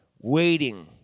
waiting